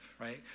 right